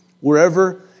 Wherever